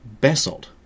Basalt